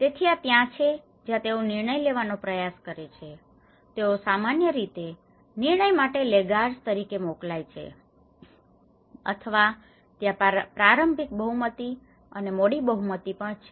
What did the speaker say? તેથી આ ત્યાં છે જ્યાં તેઓ નિર્ણય લેવાનો પ્રયાસ કરે છે તેઓ સામાન્ય રીતે નિર્ણય માટે લેગાર્ડ્સ તરીકે મોકલાય છે અથવા ત્યાં પ્રારંભિક બહુમતી અને મોડી બહુમતી પણ છે